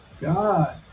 God